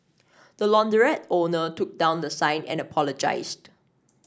the launderette owner took down the sign and apologised